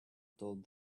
told